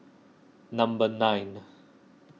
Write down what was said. number nine